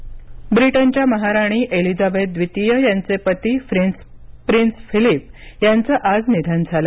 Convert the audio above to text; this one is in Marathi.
निधन ब्रिटनच्या महाराणी एलिझाबेथ द्वितीय यांचे पति प्रिन्स फिलिप यांचं आज निधन झालं